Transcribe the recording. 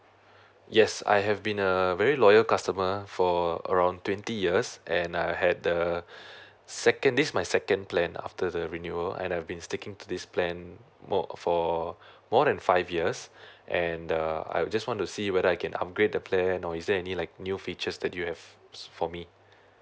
yes I have been a very loyal customer for around twenty years and I had the second this is my second plan after the renewal and I've been sticking to this plan mor~ for more than five years and uh I just want to see whether I can upgrade the plan or is there any like new features that you have for me